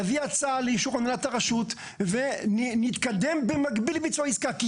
נעביר הצעה לאישור הנהלת הרשות ונתקדם במקביל לביצוע העסקה,